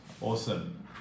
Awesome